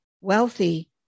wealthy